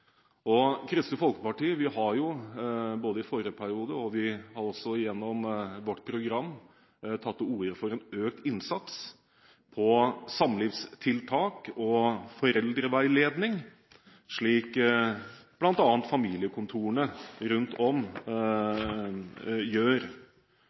barna. Kristelig Folkeparti har, både i forrige periode og gjennom vårt program, tatt til orde for en økt innsats innen samlivstiltak og foreldreveiledning, slik bl.a. familievernkontorene rundt om